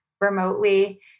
remotely